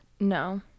no